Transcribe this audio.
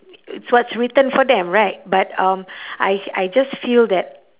it's what written for them right but um I I just feel that